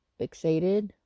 fixated